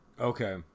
Okay